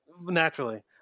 Naturally